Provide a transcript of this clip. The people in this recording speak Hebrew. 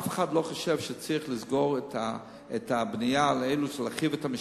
אף אחד לא חושב שצריך לסגור את הבנייה לאלו שצריכים להרחיב את המשפחות,